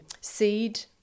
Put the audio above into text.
seed